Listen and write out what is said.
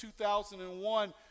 2001